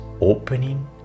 opening